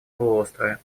полуострове